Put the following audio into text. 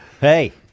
Hey